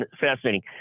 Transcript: fascinating